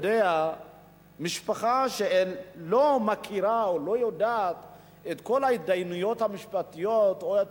משפחה שלא מכירה או לא יודעת את כל ההתדיינויות המשפטיות או את